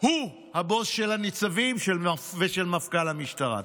הוא הבוס של הניצבים ושל מפכ"ל המשטרה.